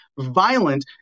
violent